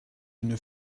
une